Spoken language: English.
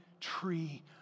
tree